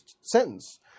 sentence